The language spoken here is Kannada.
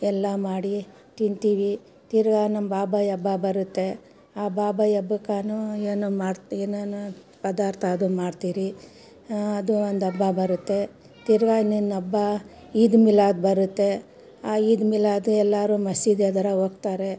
ಎಲ್ಲ ಮಾಡಿ ತಿಂತೀವಿ ತಿರ್ಗಾ ನಮ್ಮ ಬಾಬಾಯ್ ಹಬ್ಬ ಬರುತ್ತೆ ಆ ಬಾಬಾಯ್ ಹಬ್ಬಕ್ಕಾನು ಏನೋ ಮಾಡ್ತಾ ಏನಾನ ಪದಾರ್ಥ ಅದು ಮಾಡ್ತೀರಿ ಅದು ಒಂದಬ್ಬ ಬರುತ್ತೆ ತಿರ್ಗಾ ಇನ್ನೇನು ಹಬ್ಬ ಈದ್ ಮಿಲಾದ್ ಬರುತ್ತೆ ಆ ಈದ್ ಮಿಲಾದ್ ಎಲ್ಲರು ಮಸೀದಿ ಹದರ ಹೋಗ್ತಾರೆ